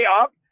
up